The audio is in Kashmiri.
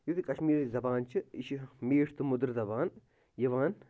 کیٛوٗنٛکہِ کشمیٖری زبان چھِ یہِ چھِ میٖٹھ تہٕ مٔدٕر زبان یِوان